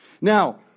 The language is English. Now